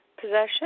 possession